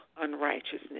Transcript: unrighteousness